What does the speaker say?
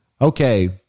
Okay